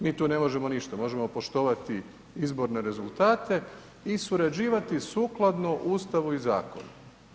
Mi tu ne možemo ništa, možemo poštovati izborne rezultate i surađivati sukladno Ustavu i zakonu.